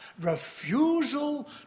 refusal